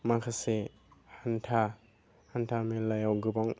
माखासे हान्था हान्था मेलायाव गोबां